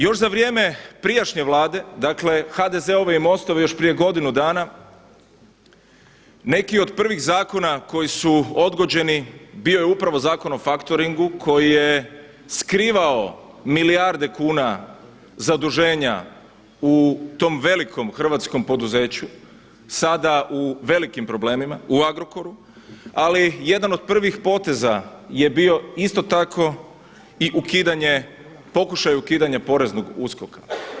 Još za vrijeme prijašnje vlade dakle HDZ-ove i MOST-ove još prije godinu dana, neki od prvih zakona koji su odgođeni bio je upravo Zakon o faktoringu koji je skrivao milijarde kuna zaduženja u tom velikom hrvatskom poduzeću, sada u velikim problemima u Agrokoru, ali jedan od prvih poteza je bio isto tako pokušaj ukidanja Poreznog USKOK-a.